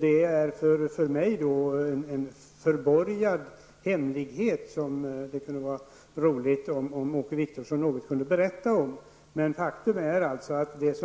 Det är för mig en förborgad hemlighet som det kunde vara roligt om Åke Wictorsson kunde berätta något om. Faktum är att det